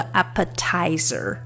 appetizer